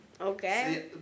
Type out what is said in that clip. Okay